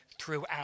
throughout